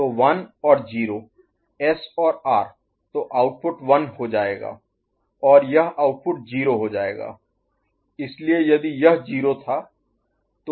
तो 1 और 0 एस और आर तो आउटपुट 1 हो जाएगा और यह आउटपुट 0 हो जाएगा इसलिए यदि यह 0 था तो यह 1